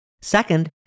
Second